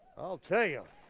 i'll tell you.